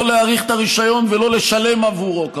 לא להאריך את הרישיון ולא לשלם עבורו.